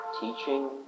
Teaching